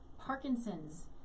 parkinson's